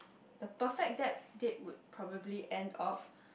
the perfect that date would probably end off